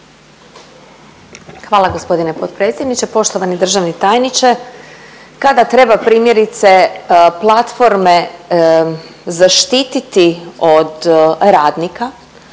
Hvala gospodine potpredsjedniče. Poštovani državni tajniče, kada treba primjerice platforme zaštititi od radnika